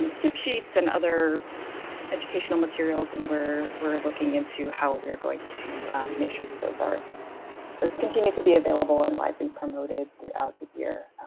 tip sheets and other educational materials and we're we're looking into how we're going to make sure those are let's continue to be available and widely promoted throughout the year,